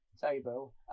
table